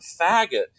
faggot